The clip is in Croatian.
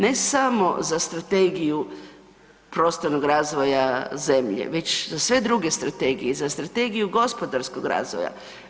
Ne samo za strategiju prostornog razvoja zemlje, već za sve druge strategije i za strategiju gospodarskog razvoja.